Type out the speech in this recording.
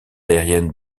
aérienne